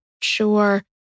Sure